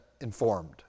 informed